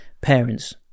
parents